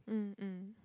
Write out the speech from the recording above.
mm mm